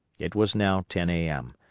it was now ten a m,